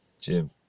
Jim